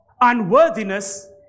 unworthiness